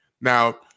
Now